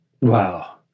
Wow